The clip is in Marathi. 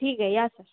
ठीक आहे या सर